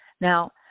Now